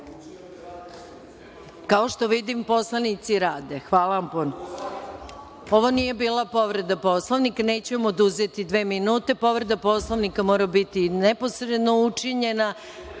što vidim, poslanici rade. Hvala vam puno. Ovo nije bila povreda Poslovnika i neću vam oduzeti dve minute. Povreda Poslovnika mora biti neposredno učinjena